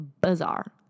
bizarre